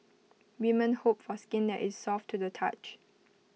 women hope for skin that is soft to the touch